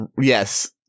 yes